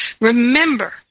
Remember